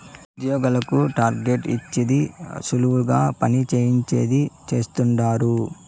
ఉద్యోగులకు టార్గెట్ ఇచ్చేది సులువుగా పని చేయించేది చేస్తండారు